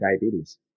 diabetes